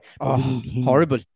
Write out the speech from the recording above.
horrible